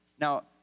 Now